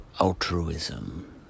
altruism